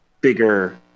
bigger